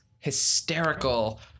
Hysterical